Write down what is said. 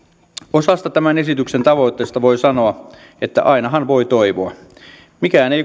osasta tämän esityksen tavoitteista voi sanoa että ainahan voi toivoa mikään ei